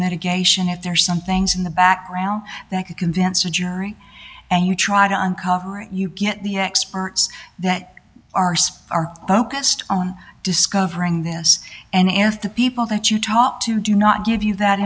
mitigation if there are some things in the background that could convince a jury and you try to uncover it you get the experts that are spar focused on discovering this and if the people that you talk to do not give you that